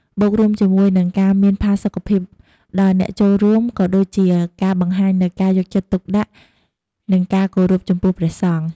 បូករួមជាមួយនិងការមានផាសុខភាពដល់អ្នកចូលរួម ក៏ដូចជាការបង្ហាញនូវការយកចិត្តទុកដាក់ និងការគោរពចំពោះព្រះសង្ឃ។